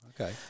Okay